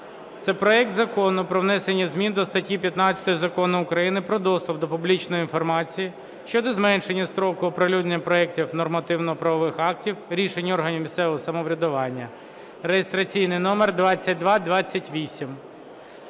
це проект Закону про внесення змін до статті 15 Закону України "Про доступ до публічної інформації" щодо зменшення строку оприлюднення проектів нормативно-правових актів, рішень органів місцевого самоврядування (реєстраційний номер 2228),